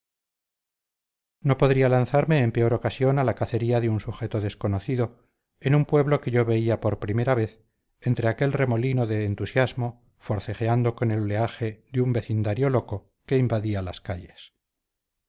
no podría lanzarme en peor ocasión a la cacería de un sujeto desconocido en un pueblo que yo veía por primera vez entre aquel remolino de entusiasmo forcejeando con el oleaje de un vecindario loco que invadía las calles